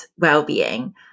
well-being